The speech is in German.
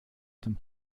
dem